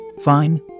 Fine